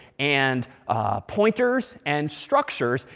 and pointers, and structures,